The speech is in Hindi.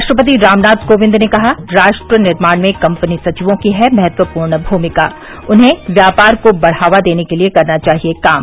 राष्ट्रपति रामनाथ कोविंद ने कहा राष्ट्र निर्माण में कम्पनी सचियों की है महत्वपूर्ण भूमिका उन्हें व्यापार को बढ़ावा देने के लिये करना चाहिये काम